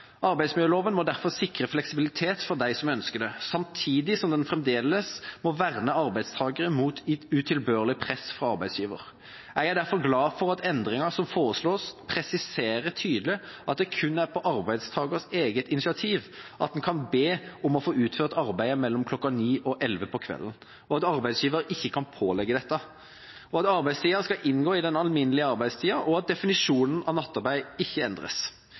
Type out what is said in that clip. Arbeidsmiljøloven må derfor sikre fleksibilitet for dem som ønsker det, samtidig som den fremdeles må verne arbeidstakerne mot utilbørlig press fra arbeidsgiver. Jeg er derfor glad for at endringen som foreslås, presiserer tydelig at det kun er på arbeidstakers eget initiativ en kan be om å få utført arbeid mellom kl. 21 og kl. 23 på kvelden, at arbeidsgiver ikke kan pålegge dette, at arbeidstida skal inngå i den alminnelige arbeidstida, og at definisjonen av nattarbeid ikke endres.